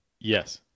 Yes